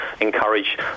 encourage